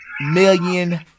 million